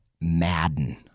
Madden